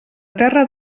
terra